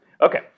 Okay